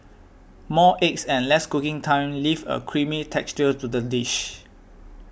more eggs and less cooking time leave a creamy texture to the dish